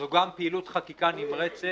זו גם פעילות חקיקה נמרצת